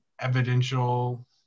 evidential